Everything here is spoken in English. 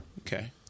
Okay